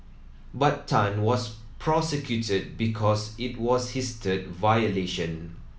but Tan was prosecuted because it was his third violation